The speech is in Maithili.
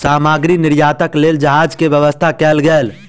सामग्री निर्यातक लेल जहाज के व्यवस्था कयल गेल